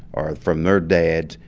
or from their dads,